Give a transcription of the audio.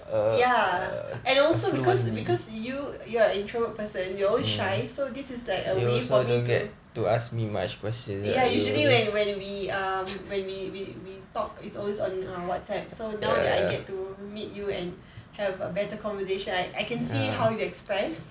ya and also because because you you are a introverted person you're always shy so this is like a way for me to ya usually when when we um when we we we talk is always on err whatsapp so now that I get to meet you and have a better conversation like I can see how you express